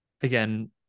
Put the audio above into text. again